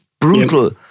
brutal